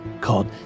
called